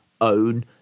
own